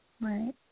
Right